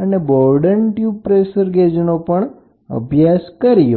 અને Bourdon tube pressure gauge નો અભ્યાસ કર્યો